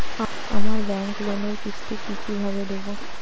আমার ব্যাংক লোনের কিস্তি কি কিভাবে দেবো?